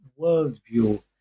worldview